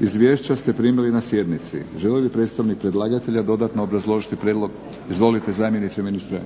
Izvješća ste primili na sjednici. Želi li predstavnik predlagatelja dodatno obrazložiti prijedlog? Izvolite zamjeniče ministra.